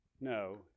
No